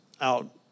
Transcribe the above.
out